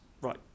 right